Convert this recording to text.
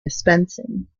dispensing